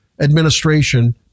administration